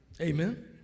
Amen